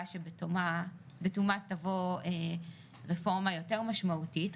שבתומה תבוא רפורמה יותר משמעותית,